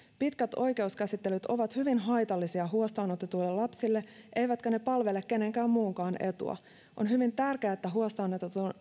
pitkät oikeuskäsittelyt ovat hyvin haitallisia huostaan otetuille lapsille eivätkä ne palvele kenenkään muunkaan etua on hyvin tärkeää että huostaan